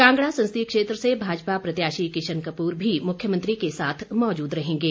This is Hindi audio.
कांगड़ा संसदीय क्षेत्र से भाजपा प्रत्याशी किशन कपूर भी मुख्यमंत्री के साथ मौजूद रहेंगे